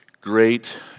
Great